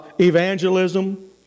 evangelism